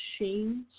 machines